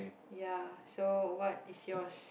ya so what is yours